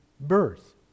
birth